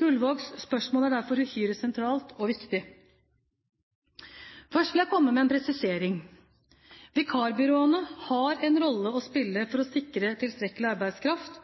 Gullvågs spørsmål er derfor uhyre sentralt og viktig. Først vil jeg komme med en presisering: Vikarbyråene har en rolle å spille for å sikre tilstrekkelig arbeidskraft,